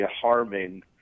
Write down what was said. harming